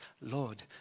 Lord